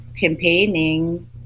campaigning